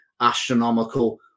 astronomical